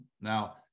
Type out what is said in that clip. Now